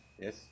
Yes